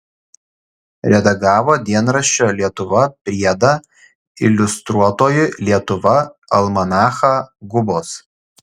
redagavo dienraščio lietuva priedą iliustruotoji lietuva almanachą gubos